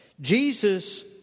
Jesus